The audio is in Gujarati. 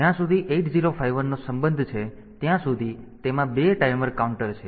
તેથી જ્યાં સુધી 8051નો સંબંધ છે ત્યાં સુધી તેમાં 2 ટાઈમર કાઉન્ટર છે